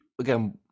again